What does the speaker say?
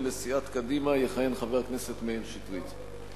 לסיעת קדימה יכהן חבר הכנסת מאיר שטרית.